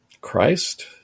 Christ